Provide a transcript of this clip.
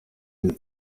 uyu